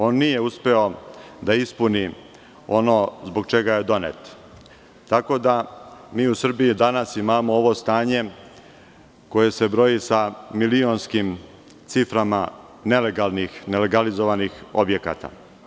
On nije uspeo da ispuni ono zbog čega je donet, tako da mi danas u Srbiji imamo ovo stanje koje se broji sa milionskim ciframa nelegalizovanih objekata.